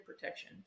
protection